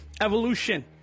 Evolution